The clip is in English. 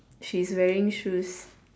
she's wearing shoes